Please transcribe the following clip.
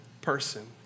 person